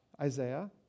Isaiah